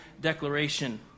declaration